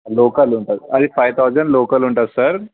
local ఉంటుంది అది five thousand local ఉంటుంది సార్